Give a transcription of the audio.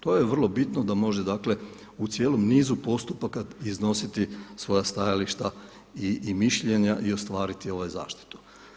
To je vrlo bitno da može dakle u cijelom nizu postupaka iznositi svoja stajališta i mišljenja i ostvariti zaštitu.